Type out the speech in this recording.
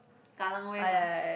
kallang Wave ah